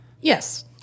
Yes